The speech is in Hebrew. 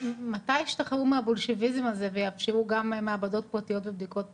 מתי ישתחררו מהבולשביזם הזה ויאפשרו גם מעבדות ובדיקות פרטיות?